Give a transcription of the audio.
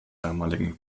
damaligen